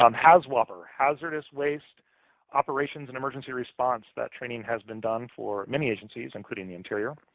um hazwoper, hazardous waste operations and emergency response, that training has been done for many agencies, including the interior.